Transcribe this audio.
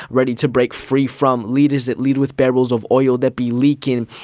ready to break free from leaders that lead with barrels of oil that be leaking.